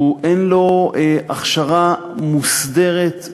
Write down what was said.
אין לו הכשרה מוסדרת,